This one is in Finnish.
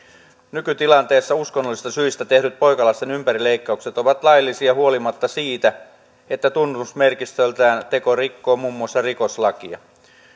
nykytilanteessa uskonnollisista syistä tehdyt poikalasten ympärileikkaukset ovat laillisia huolimatta siitä että tunnusmerkistöltään teko rikkoo muun muassa rikoslakia